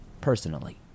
personally